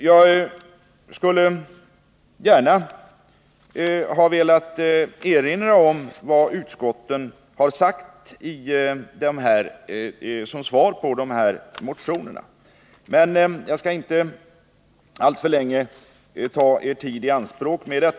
Jag skulle gärna ha velat erinra om vad utskottet sagt som svar på motionerna. Men jag skall inte ta er tid i anspråk med det.